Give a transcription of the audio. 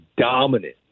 dominant